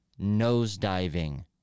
nosediving